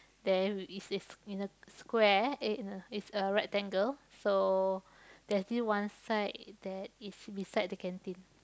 then is is in a square eh in a it's a rectangle so there's this one side that is beside the canteen